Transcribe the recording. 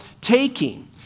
taking